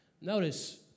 Notice